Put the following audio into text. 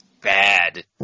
bad